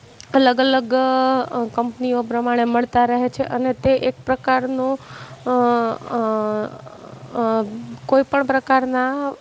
અલગ અલગ કંપનીઓ પ્રમાણે મળતા રહે છે અને તે એક પ્રકારનો કોઈપણ પ્રકારના